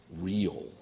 real